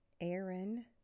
Aaron